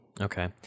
Okay